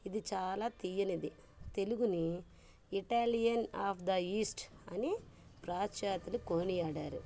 ఇది చాలా తీయనిది తెలుగుని ఇటాలియన్ ఆఫ్ ద ఈస్ట్ అని పాశ్చాత్యలు కోనియాడారు